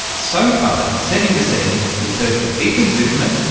so far in setting the scene we've heard from ethan zuckerman,